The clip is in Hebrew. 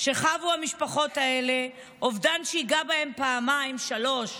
שחוו המשפחות אלו, אובדן שהכה בהן פעמיים, שלוש.